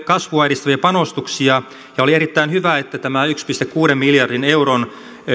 kasvua edistäviä panostuksia ja oli erittäin hyvä että tämä yhden pilkku kuuden miljardin euron